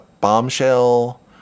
bombshell